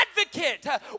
advocate